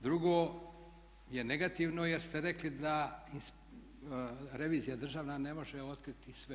Drugo je negativno jer ste rekli da revizija državna ne može otkriti sve.